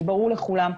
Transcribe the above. ברור לכולם.